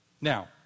Now